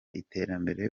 iterambere